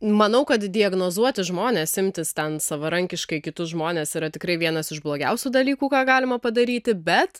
manau kad diagnozuoti žmones imtis ten savarankiškai kitus žmones yra tikrai vienas iš blogiausių dalykų ką galima padaryti bet